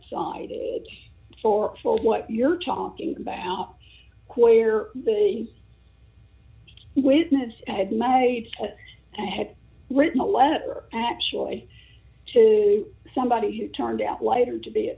side age for what you're talking about where the witness said my aunt had written a letter actually to somebody who turned out later to be